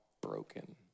broken